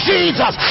Jesus